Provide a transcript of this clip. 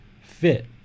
fit